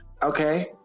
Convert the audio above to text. Okay